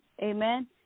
amen